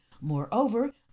moreover